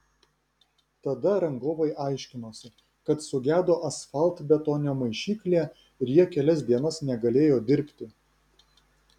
tada rangovai aiškinosi kad sugedo asfaltbetonio maišyklė ir jie kelias dienas negalėjo dirbti